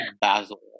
basil